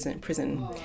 Prison